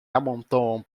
amontoam